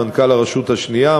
מנכ"ל הרשות השנייה,